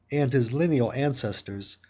and his lineal ancestors,